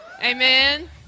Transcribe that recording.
Amen